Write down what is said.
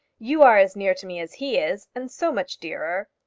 you are as near to me as he is and so much dearer!